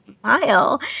smile